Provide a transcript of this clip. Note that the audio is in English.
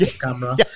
camera